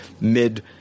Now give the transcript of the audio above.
mid